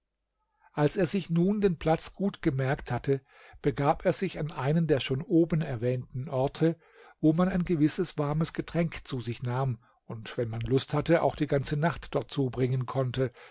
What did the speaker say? als er sich nun den platz gut gemerkt hatte begab er sich an einen der schon oben erwähnten orte wo man ein gewisses warmes getränk zu sich nahm und wenn man lust hatte auch die ganze nacht dort zubringen konnte